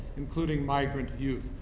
including migrant youth.